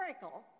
miracle